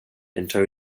into